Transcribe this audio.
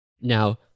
Now